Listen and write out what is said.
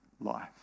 life